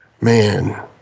Man